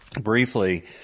briefly